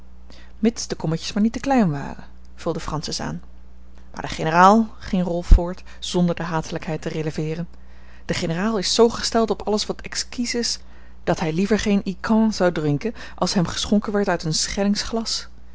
mits de kommetjes maar niet te klein waren vulde francis aan maar de generaal ging rolf voort zonder de hatelijkheid te releveeren de generaal is zoo gesteld op alles wat exquis is dat hij liever geen ijquem zou drinken als hem geschonken werd uit een schellings glas